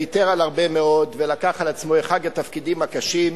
ויתר על הרבה מאוד ולקח על עצמו אחד התפקידים הקשים.